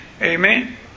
Amen